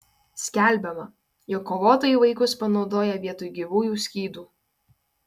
skelbiama jog kovotojai vaikus panaudoja vietoj gyvųjų skydų